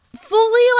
fully